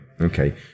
Okay